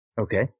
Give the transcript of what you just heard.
Okay